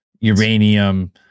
uranium